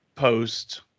Post